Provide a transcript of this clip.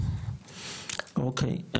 אוקי,